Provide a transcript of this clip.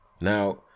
now